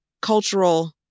cultural